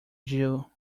jew